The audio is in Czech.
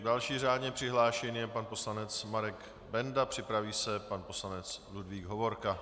Další řádně přihlášený je pan poslanec Marek Benda, připraví se pan poslanec Ludvík Hovorka.